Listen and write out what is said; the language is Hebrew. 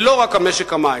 ולא רק על משק המים".